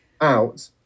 out